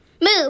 Move